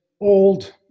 old